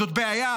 זאת בעיה.